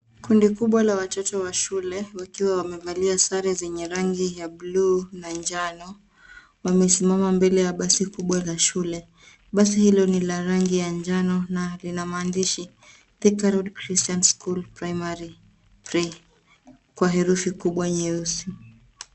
Kundi kubwa la watoto wa shule wakiwa wamevalia sare zenye rangi ya bluu na njano wamesimama mbele ya basi kubwa la shule. Basi hilo ni la rangi ya njano na lina maandishi, thika road christian school primary, kwa herufi kubwa nyeusi.